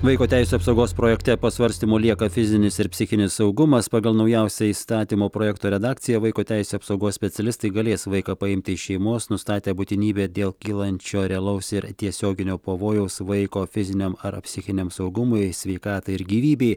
vaiko teisių apsaugos projekte pasvarstymu lieka fizinis ir psichinis saugumas pagal naujausią įstatymo projekto redakciją vaiko teisių apsaugos specialistai galės vaiką paimti iš šeimos nustatę būtinybę dėl kylančio realaus ir tiesioginio pavojaus vaiko fiziniam ar psichiniam saugumui sveikatai ir gyvybei